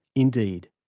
indeed,